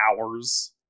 hours